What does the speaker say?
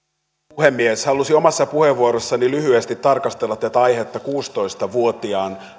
puhemies haluaisin omassa puheenvuorossani lyhyesti tarkastella tätä aihetta kuusitoista vuotiaan